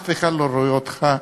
אף אחד לא רואה אותך.